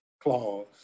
clause